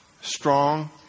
strong